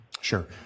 Sure